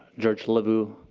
george lavoo,